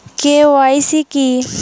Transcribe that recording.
KYC কী?